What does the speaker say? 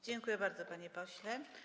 Dziękuję bardzo, panie pośle.